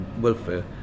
welfare